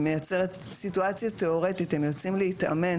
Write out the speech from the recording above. בסיטואציה תיאורטית הם יוצאים להתאמן